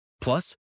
Plus